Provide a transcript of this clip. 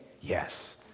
yes